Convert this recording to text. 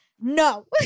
no